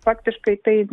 faktiškai tai